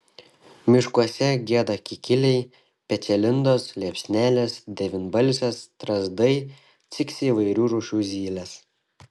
miškuose gieda kikiliai pečialindos liepsnelės devynbalsės strazdai ciksi įvairių rūšių zylės